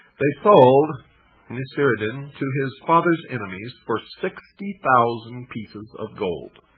they sold nasiredin to his father's enemies for sixty thousand pieces of gold.